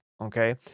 okay